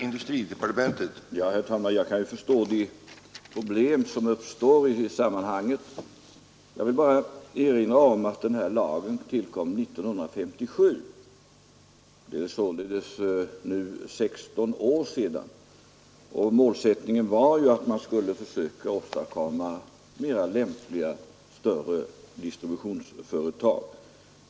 Herr talman! Jag kan förstå de problem som uppstår i sammanhanget. Jag vill bara erinra om att denna lag tillkom 1957, således för 16 år sedan. Målsättningen var att man skulle försöka åstadkomma mera lämpliga och större distributionsföretag.